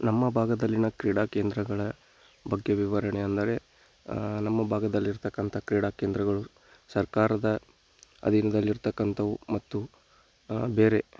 ನಮ್ಮ ಭಾಗದಲ್ಲಿಯ ಕ್ರೀಡಾ ಕೇಂದ್ರಗಳ ಬಗ್ಗೆ ವಿವರಣೆ ಅಂದರೆ ನಮ್ಮ ಭಾಗದಲ್ಲಿರತಕ್ಕಂಥ ಕ್ರೀಡಾ ಕೇಂದ್ರಗಳು ಸರ್ಕಾರದ ಅಧೀನದಲ್ಲಿರ್ತಕ್ಕಂಥವು ಮತ್ತು ಬೇರೆ